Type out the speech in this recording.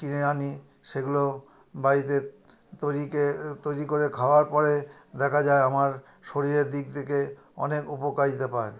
কিনে আনি সেগুলো বাড়িতে তৈরিকে তৈরি করে খাওয়ার পরে দেখা যায় আমার শরীরের দিক থেকে অনেক উপকারিতা পায়